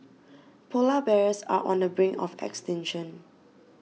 Polar Bears are on the brink of extinction